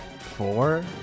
four